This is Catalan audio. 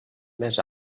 més